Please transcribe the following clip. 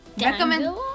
Recommend